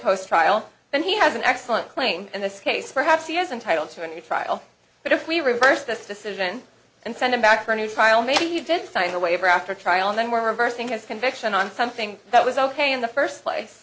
post trial and he has an excellent claim in this case perhaps he is entitled to a new trial but if we reverse this decision and send him back for a new trial maybe he did sign the waiver after trial and then we're reversing his conviction on something that was ok in the first place